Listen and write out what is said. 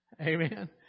Amen